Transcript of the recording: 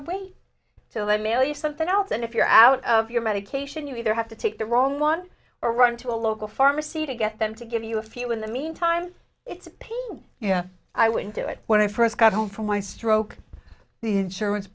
to wait till i mail you something else and if you're out of your medication you either have to take the wrong one or run to a local pharmacy to get them to give you a few in the meantime it's a pain yeah i wouldn't do it when i first got home from my stroke the insurance